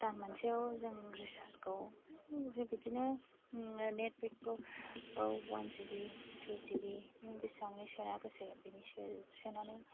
दानसेयाव दान मोनसेयाव जों रिसार्जखौ जे बिदिनो नेटपेकखौ अवान जी बी टु जी बी जेसेबांनि सोनो गोसो बेनि सोनानै